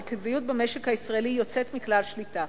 הריכוזיות במשק הישראלי יוצאת מכלל שליטה.